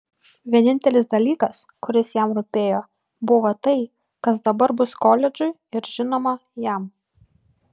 vienintelis dalykas kuris jam rūpėjo buvo tai kas dabar bus koledžui ir žinoma jam